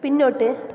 പിന്നോട്ട്